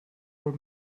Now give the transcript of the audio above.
were